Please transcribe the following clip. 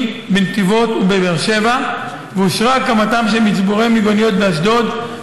בנתיבות ובבאר שבע ואושרה הקמתם של מצבורי מיגוניות באשדוד,